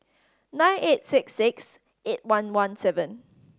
nine eight six six eight one one seven